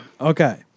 Okay